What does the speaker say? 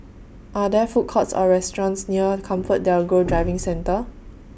Are There Food Courts Or restaurants near ComfortDelGro Driving Centre